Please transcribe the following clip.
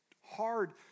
hard